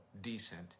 decent